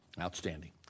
Outstanding